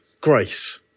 Grace